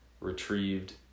retrieved